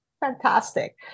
Fantastic